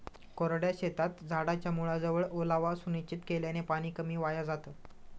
कोरड्या शेतात झाडाच्या मुळाजवळ ओलावा सुनिश्चित केल्याने पाणी कमी वाया जातं